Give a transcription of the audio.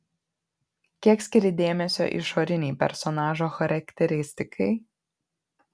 kiek skiri dėmesio išorinei personažo charakteristikai